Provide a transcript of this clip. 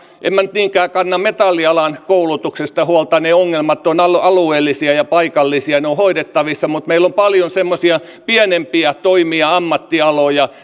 en minä nyt niinkään kanna metallialan koulutuksesta huolta ne ongelmat ovat alueellisia ja paikallisia ja ne ovat hoidettavissa mutta meillä on paljon semmoisia pienempiä toimi ja ammattialoja